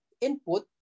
input